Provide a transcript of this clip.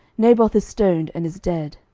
naboth is stoned, and is dead.